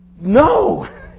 No